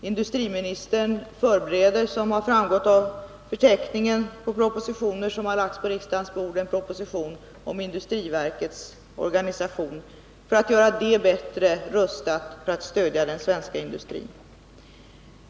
Som framgått av den förteckning som lagts på riksdagens bord förbereder industriministern en proposition om industriverkets organisation för att göra det bättre rustat att stödja den svenska industrin.